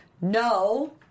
no